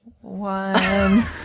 One